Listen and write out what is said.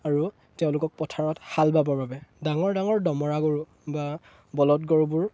আৰু তেওঁলোকক পথাৰত হাল বাবৰ বাবে ডাঙৰ ডাঙৰ দমৰা গৰু বা বলদ গৰুবোৰ